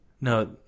no